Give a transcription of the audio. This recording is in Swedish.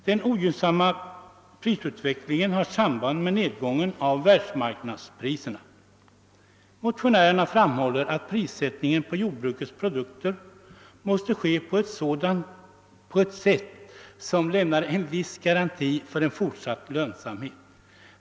Den ogynnsamma prisutvecklingen har samband med nedgången av världsmarknadspriserna. Motionärerna framhåller att prissättningen på jordbrukets produkter måste ske på ett sätt som lämnar en viss garanti för en fortsatt lönsamhet.